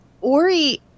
Ori